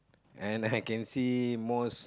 and I can see most